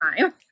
time